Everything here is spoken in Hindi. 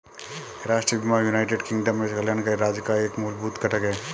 राष्ट्रीय बीमा यूनाइटेड किंगडम में कल्याणकारी राज्य का एक मूलभूत घटक है